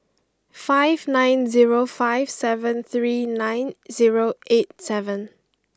five nine zero five seven three nine zero eight seven